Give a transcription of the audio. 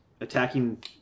attacking